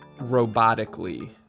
robotically